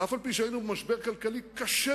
אתה פעם רביעית קורא את אותה